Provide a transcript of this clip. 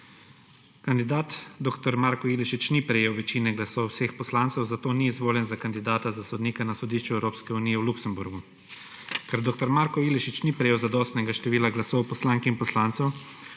Kandidat dr. Marko Ilešič ni prejel večine glasov vseh poslancev, zato ni izvoljen za kandidata za sodnika na Sodišču Evropske unije v Luksemburgu. Ker dr. Marko Ilešič ni prijel zadostnega števila glasov poslank in poslancev,